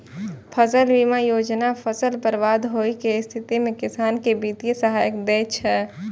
फसल बीमा योजना फसल बर्बाद होइ के स्थिति मे किसान कें वित्तीय सहायता दै छै